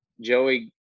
Joey